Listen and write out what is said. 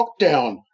lockdown